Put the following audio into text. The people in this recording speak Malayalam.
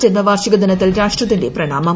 ജന്മവാർഷിക ദിനത്തിൽ രാഷ്ട്രത്തിന്റെ പ്രണാമം